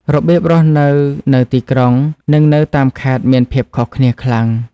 របៀបរស់នៅនៅទីក្រុង និងនៅតាមខេត្តមានភាពខុសគ្នាខ្លាំង។